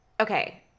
Okay